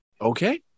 Okay